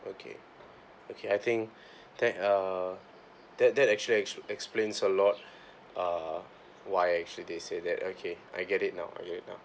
okay okay I think that uh that that actually actually explained a lot uh why actually they say that okay I get it now I get it now